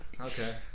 Okay